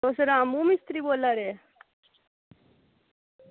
तुस रामू मिस्तरी बोला दे